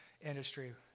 industry